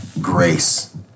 grace